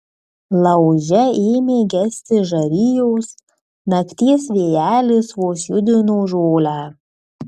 lauže ėmė gesti žarijos nakties vėjelis vos judino žolę